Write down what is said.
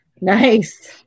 Nice